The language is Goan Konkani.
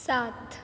सात